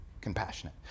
compassionate